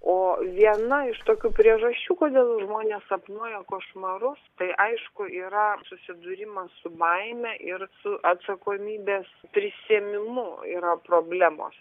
o viena iš tokių priežasčių kodėl žmonės sapnuoja košmarus tai aišku yra susidūrimas su baime ir su atsakomybės prisiėmimu yra problemos